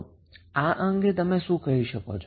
તો આ અંગે તમે શું કહી શકો